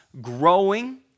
growing